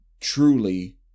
truly